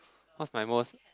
what's my most